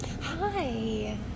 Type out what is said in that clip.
hi